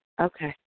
Okay